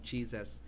Jesus